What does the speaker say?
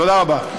תודה רבה.